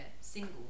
single